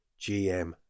GM